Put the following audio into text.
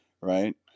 Right